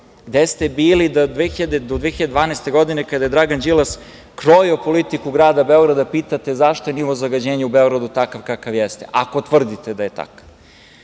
Gde ste bili do 2012. godine, kada je Dragan Đilas krojio politiku grada Beograda, da pitate zašto je nivo zagađenja u Beogradu takav kakav jeste, ako tvrdite da je takav?